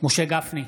משה גפני,